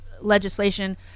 legislation